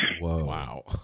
Wow